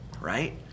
right